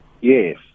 Yes